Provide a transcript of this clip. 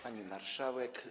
Pani Marszałek!